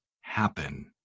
happen